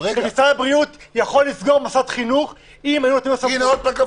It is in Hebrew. משרד הבריאות יכול היה לסגור מוסד חינוך אם היו נותנים לו סמכות,